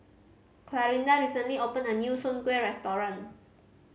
Clarinda recently opened a new soon kway restaurant